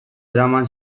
eraman